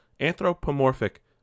anthropomorphic